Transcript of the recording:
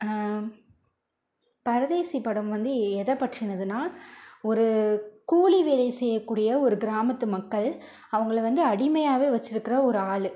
பரதேசி படம் வந்து எதைப்பற்றினதுனா ஒரு கூலி வேலை செய்யக்கூடிய ஒரு கிராமத்து மக்கள் அவங்கள வந்து அடிமையாகவே வச்சுருக்குற ஒரு ஆள்